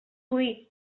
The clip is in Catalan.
hui